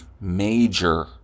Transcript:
major